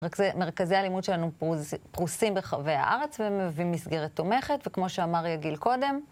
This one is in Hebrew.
מרכזי הלימוד שלנו פרוסים ברחבי הארץ ומביאים מסגרת תומכת, וכמו שאמר יגיל קודם